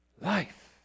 life